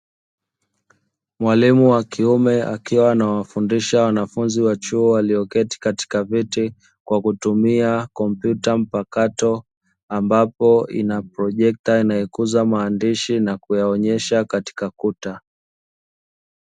Mwalimu wa kiume akiwa anawafundisha wanafunzi wa chuo walioketi katika viti, kwa kutumia kompyuta mpakato ambapo ina projekta inayokuza maandishi na kuyaonyesha katika kuta,